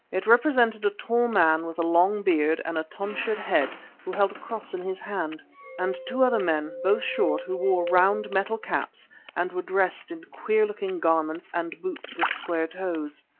it represented a tall man with a long beard and a tonsured head who held a cross in his hand and two other men, both short, who wore round metal caps and were dressed in queer-looking garments and boots with square toes.